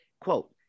quote